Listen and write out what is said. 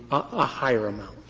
a higher um